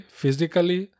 physically